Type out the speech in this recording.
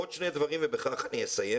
עוד שני דברים ובכך אני אסיים,